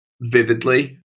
vividly